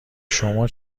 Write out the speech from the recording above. شما